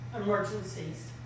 emergencies